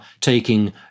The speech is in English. taking